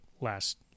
last